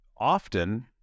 often